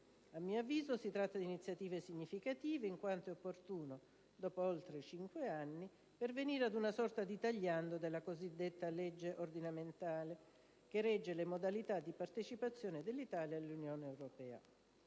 A mio avviso, si tratta di iniziative significative in quanto è opportuno, dopo oltre cinque anni, pervenire ad una sorta di "tagliando" della cosiddetta legge ordinamentale, che regge le modalità di partecipazione dell'Italia all'Unione europea.